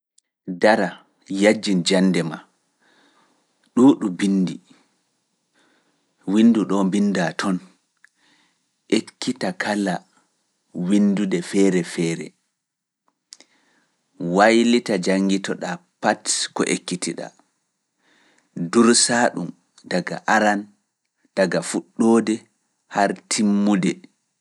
Dara, yaajin jannde maa, ɗuuɗu binndi, winndu ɗoo mbinndaa toon. Ekkita kala winndude feere feere, waylita janngito ɗaa pat ko ekkiti ɗaa, dursa ɗum daga aran, daga fuɗɗoode, har timmude.